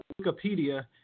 Wikipedia